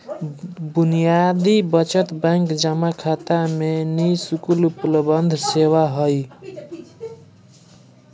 बुनियादी बचत बैंक जमा खाता में नि शुल्क उपलब्ध सेवा हइ